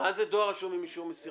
מה זה דואר רשום עם אישור מסירה?